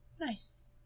Nice